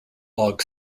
log